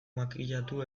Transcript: makillatu